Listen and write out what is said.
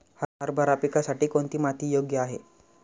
हरभरा पिकासाठी कोणती माती योग्य आहे?